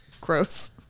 Gross